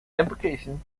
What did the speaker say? implications